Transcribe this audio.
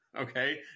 Okay